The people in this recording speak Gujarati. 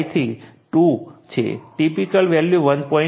0 છે ટીપીકલ વેલ્યુ 1